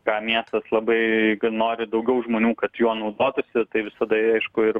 ką miestas labai nori daugiau žmonių kad juo naudotųsi tai visada aišku ir